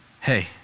hey